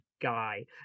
guy